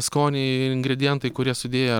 skoniai ingredientai kurie sudėję